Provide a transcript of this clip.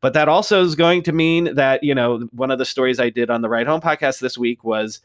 but that also is going to mean that you know one of the stories i did on the ride home podcast this week was